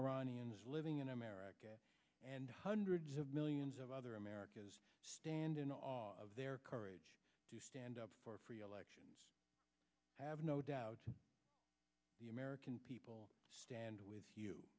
iranians living in america and hundreds of millions of other americas stand in awe of their courage to stand up for free elections have no doubt the american people stand with you